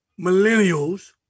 millennials